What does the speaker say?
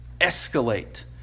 escalate